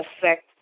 affect